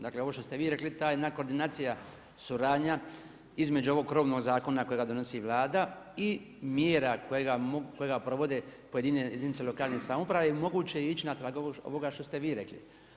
Dakle ovo što ste vi rekli ta jedna koordinacija, suradnja između ovoga krovnoga zakona kojega donosi Vlada i mjera kojega provode pojedine jedinice lokalne samouprave moguće je ići na tragu ovoga što ste vi rekli.